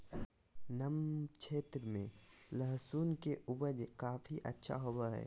नम क्षेत्र में लहसुन के उपज काफी अच्छा होबो हइ